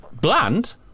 bland